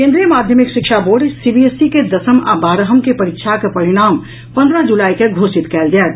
केन्द्रीय माध्यमिक शिक्षा बोर्ड सीबीएसई के दसम आ बारहम के परीक्षाक परिणाम पन्द्रह जुलाई के घोषित कयल जायत